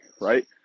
right